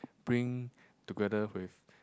bring together with